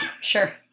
Sure